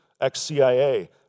ex-CIA